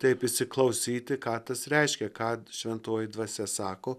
taip įsiklausyti ką tas reiškia ką šventoji dvasia sako